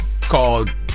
called